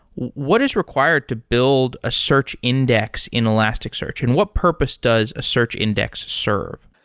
what is required to build a search index in elasticsearch and what purpose does a search index serve?